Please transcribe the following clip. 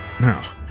Now